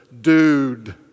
dude